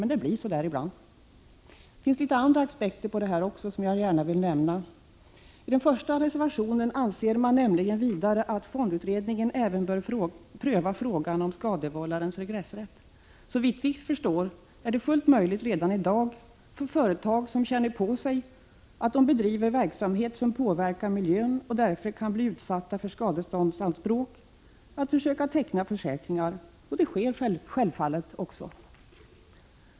Men det blir så ibland. Det finns också några aspekter på detta som jag gärna vill belysa. I reservation 1 anför man nämligen vidare att fondutredningen även bör pröva frågan om skadevållarens regressrätt. Såvitt vi förstår är det redan i dag fullt möjligt för företag som känner på sig att de bedriver verksamhet som påverkar miljön och därför kan bli utsatta för skadeståndsanspråk att försöka teckna försäkringar. Så sker självfallet också.